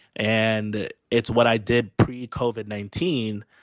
and it's what i did. pre covered nineteen.